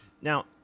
Now